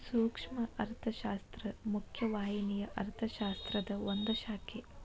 ಸೂಕ್ಷ್ಮ ಅರ್ಥಶಾಸ್ತ್ರ ಮುಖ್ಯ ವಾಹಿನಿಯ ಅರ್ಥಶಾಸ್ತ್ರದ ಒಂದ್ ಶಾಖೆ